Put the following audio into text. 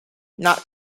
not